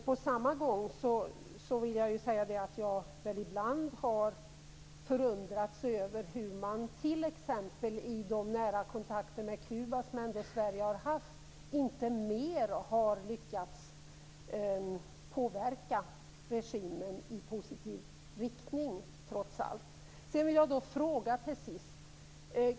På samma gång vill jag säga att jag ibland har förundrats över hur man t.ex. i de nära kontakter med Kuba som Sverige ändå har haft inte mer har lyckats påverka regimen i positiv riktning. Till sist vill jag ställa en fråga.